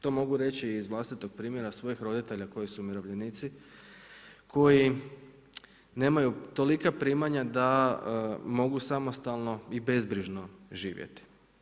To mogu reći i iz vlastitog primjera svojih roditelja koji su umirovljenici, koji nemaju tolika primanja da mogu samostalno i bezbrižno živjeti.